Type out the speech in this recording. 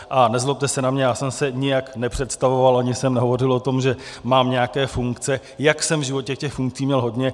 A nezlobte se na mě, já jsem se nijak nepředstavoval, ani jsem nehovořil o tom, že mám nějaké funkce, jak jsem v životě těch funkcí měl hodně.